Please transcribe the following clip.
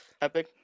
Epic